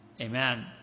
amen